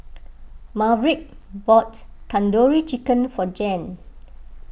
Maverick bought Tandoori Chicken for Jan